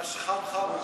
ממש חם-חם.